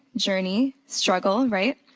journey, struggle, right?